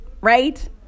Right